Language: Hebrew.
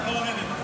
אתה יכול לרדת.